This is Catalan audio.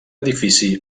edifici